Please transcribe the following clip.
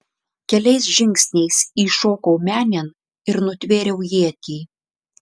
keliais žingsniais įšokau menėn ir nutvėriau ietį